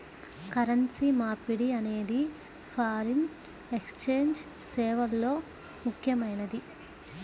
currency మార్పిడి అనేది foreign exchange సేవల్లో ముఖ్యమైనది